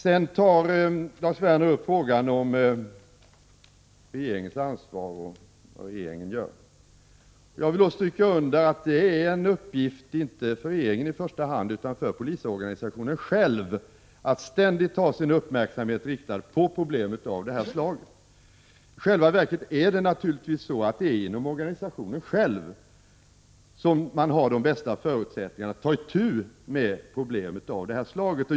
Sedan tar Lars Werner upp frågan om regeringens ansvar och vad regeringen gör. Jag vill då stryka under att det är en uppgift inte för regeringen i första hand utan för polisorganisationen själv att ständigt ha sin uppmärksamhet riktad på problem av det här slaget. I själva verket är det naturligtvis inom organisationen själv som man har de bästa förutsättningarna att ta itu med sådana här problem.